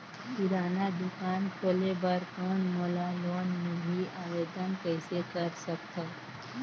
किराना दुकान खोले बर कौन मोला लोन मिलही? आवेदन कइसे कर सकथव?